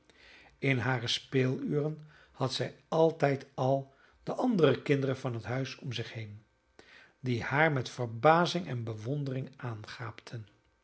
in hare speeluren had zij altijd al de andere kinderen van het huis om zich heen die haar met verbazing en bewondering aangaapten